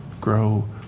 grow